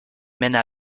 mènent